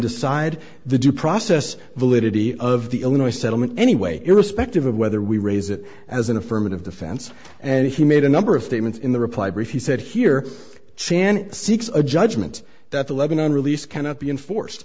decide the due process validity of the illinois settlement anyway irrespective of whether we raise it as an affirmative defense and he made a number of statements in the reply brief he said here chan seeks a judgment that the lebanon release cannot be enforced